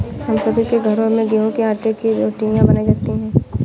हम सभी के घरों में गेहूं के आटे की रोटियां बनाई जाती हैं